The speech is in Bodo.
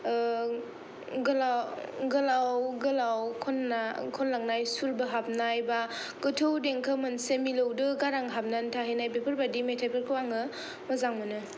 गोलाव गोलाव गोलाव खनना खनलांनाय सुर बोहाबनाय बा गोथौ देंखो मोनसे मिलौदो गारां हाबनानै थाहैनाय बेफोरबायदि मेथाइफोरखौ आङो मोजां मोनो